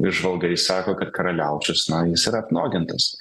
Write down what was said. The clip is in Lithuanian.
žvalgai sako kad karaliaučius na jis yra apnuogintas